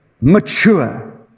mature